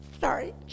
sorry